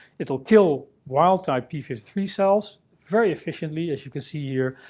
it will kill wild type p five three cells very efficiently, as you can see here.